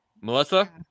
Melissa